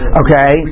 okay